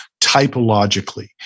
typologically